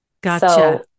Gotcha